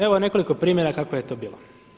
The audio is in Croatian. Evo nekoliko primjera kako je to bilo.